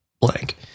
blank